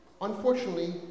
unfortunately